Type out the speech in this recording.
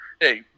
hey